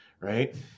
Right